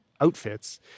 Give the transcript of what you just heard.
outfits